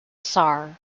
sour